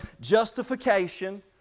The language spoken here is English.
Justification